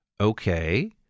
Okay